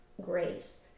grace